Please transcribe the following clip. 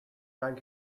bank